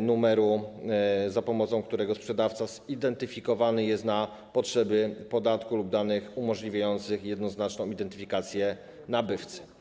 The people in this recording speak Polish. numeru, za pomocą którego sprzedawca zidentyfikowany jest na potrzeby podatku, lub danych umożliwiających jednoznaczną identyfikację nabywcy.